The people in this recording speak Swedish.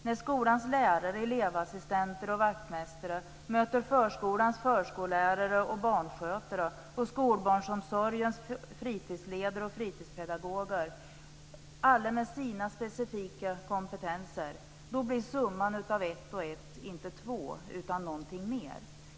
När skolans lärare, elevassistenter och vaktmästare möter förskolans förskollärare och barnskötare och skolbarnomsorgens fritidsledare och fritidspedagoger - alla med sina specifika kompetenser - blir summan av ett plus ett inte två utan någonting mer.